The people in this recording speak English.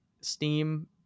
Steam